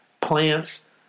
plants